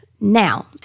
Now